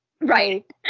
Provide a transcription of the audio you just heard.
Right